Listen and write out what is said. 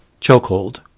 chokehold